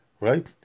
right